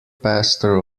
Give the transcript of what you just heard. pastor